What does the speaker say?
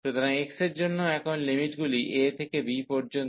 সুতরাং x এর জন্য এখন লিমিটগুলি a থেকে b পর্যন্ত